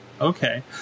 okay